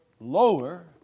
lower